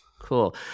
Cool